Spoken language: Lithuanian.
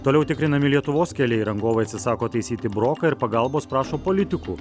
toliau tikrinami lietuvos keliai rangovai atsisako taisyti broką ir pagalbos prašo politikų